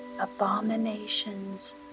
abominations